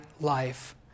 life